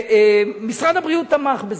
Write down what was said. משרד הבריאות תמך בזה.